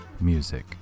music